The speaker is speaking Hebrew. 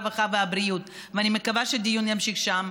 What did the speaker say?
הרווחה והבריאות ואני מקווה שהדיון ימשיך שם,